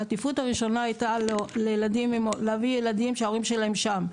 העדיפות הראשונה הייתה להביא ילדים שההורים שלהם שם,